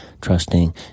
trusting